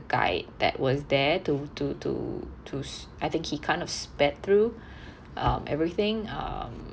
guide that was there to to to to sh~ I think he kind of sped through um everything um